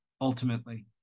ultimately